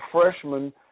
freshman